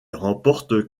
remporte